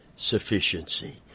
sufficiency